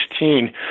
2016